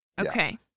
Okay